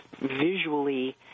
visually